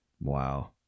Wow